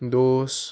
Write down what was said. दोस